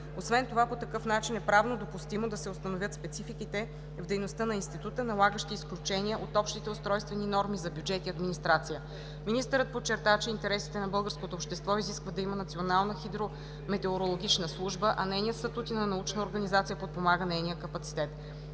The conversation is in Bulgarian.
Освен това по такъв начин е правно допустимо да се установят спецификите в дейността на Института, налагащи изключения от общите устройствени норми за бюджет и администрация. Министърът подчерта, че интересите на българското общество изискват да има национална хидрометеорологична служба, а нейният статут и на научна организация подпомага нейния капацитет.